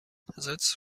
that’s